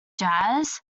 jazz